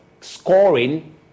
scoring